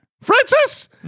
Francis